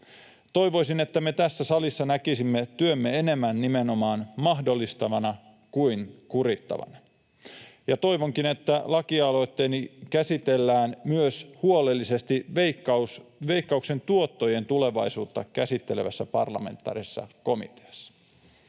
Toivoisin, että me tässä salissa näkisimme työmme enemmän nimenomaan mahdollistavana kuin kurittavana, ja toivonkin, että lakialoitteeni käsitellään huolellisesti myös Veikkauksen tuottojen tulevaisuutta käsittelevässä parlamentaarisessa komiteassa.